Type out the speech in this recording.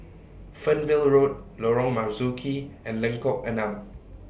Fernvale Road Lorong Marzuki and Lengkok Enam